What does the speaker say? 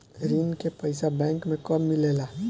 ऋण के पइसा बैंक मे कब मिले ला?